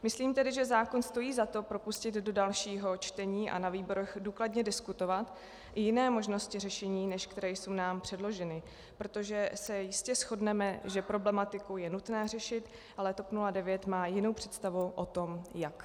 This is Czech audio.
Myslím tedy, že stojí za to propustit zákon do dalšího čtení a na výborech důkladně diskutovat i jiné možnosti řešení, než které jsou nám předloženy, protože se jistě shodneme, že problematiku je nutné řešit, ale TOP 09 má jinou představu o tom jak.